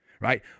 Right